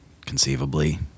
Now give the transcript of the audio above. Conceivably